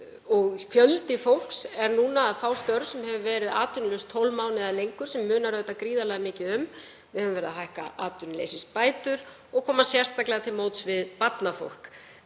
og fjöldi fólks er núna að fá störf sem hefur verið atvinnulaust í 12 mánuði eða lengur, sem munar auðvitað gríðarlega mikið um. Við höfum verið að hækka atvinnuleysisbætur og koma sérstaklega til móts við barnafólk.